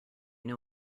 know